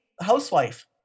housewife